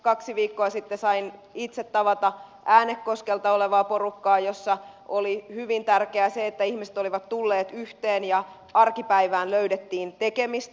kaksi viikkoa sitten sain itse tavata äänekoskelta olevaa porukkaa jossa oli hyvin tärkeää se että ihmiset olivat tulleet yhteen ja arkipäivään löydettiin tekemistä